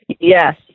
Yes